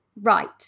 Right